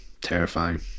terrifying